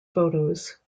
photos